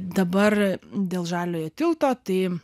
dabar dėl žaliojo tilto tai